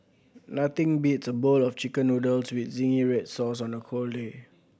nothing beats a bowl of Chicken Noodles with zingy red sauce on a cold day